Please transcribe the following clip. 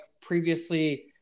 previously